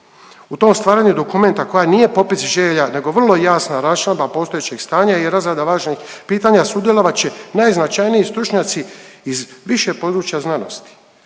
U tom stvaranju dokumenta koja nije popis želja nego vrlo jasna rasčlamba postojećeg stanja i razrada važnih pitanja, sudjelovat će najznačajniji stručnjaci iz više područja znanosti.